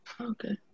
Okay